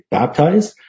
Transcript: baptized